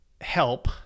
help